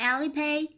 Alipay